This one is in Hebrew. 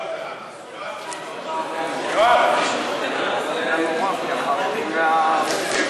ההצעה להסיר מסדר-היום את הצעת חוק העונשין (תיקון,